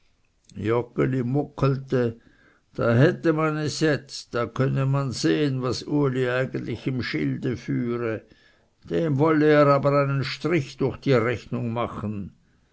da hatte man es jetzt da könne man sehen was uli eigentlich im schilde führe dem wolle er aber einen strich durch die rechnung machen